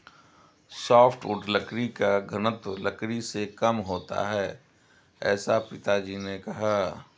softwood लकड़ी का घनत्व लकड़ी से कम होता है ऐसा पिताजी ने कहा